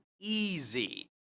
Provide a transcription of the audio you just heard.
easy